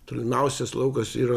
tolimiausias laukas yra